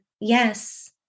yes